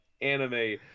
anime